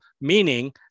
meaning